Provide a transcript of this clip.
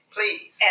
Please